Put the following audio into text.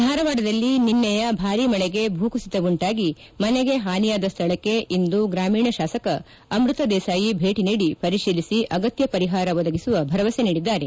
ಧಾರವಾಡದಲ್ಲಿ ನಿನ್ತೆಯ ಭಾರೀ ಮಳೆಗೆ ಭೂ ಕುಸಿತ ಉಂಟಾಗಿ ಮನೆಗೆ ಹಾನಿಯಾದ ಸ್ಥಳಕ್ಕೆ ಇಂದು ಗ್ರಾಮೀಣ ಶಾಸಕ ಅಮೃತ ದೇಸಾಯಿ ಭೇಟಿ ನೀಡಿ ಪರಿಶೀಲಿಸಿ ಅಗತ್ಯ ಪರಿಹಾರ ಒದಗಿಸುವ ಭರವಸೆ ನೀಡಿದ್ದಾರೆ